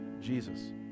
Jesus